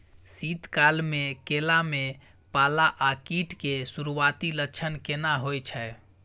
शीत काल में केला में पाला आ कीट के सुरूआती लक्षण केना हौय छै?